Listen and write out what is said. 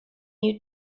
you